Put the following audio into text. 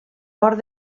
port